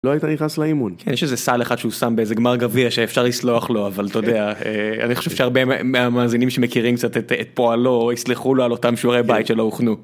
לא היית נכנס לאימון יש איזה סל אחד שהוא שם באיזה גמר גביע שאפשר לסלוח לו אבל אתה יודע אני חושב שהרבה מהמאזינים שמכירים קצת את פועלו יסלחו לו על אותם שעורי בית שלא הוכנו.